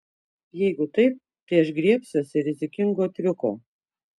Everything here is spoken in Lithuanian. jeigu taip tai aš griebsiuosi rizikingo triuko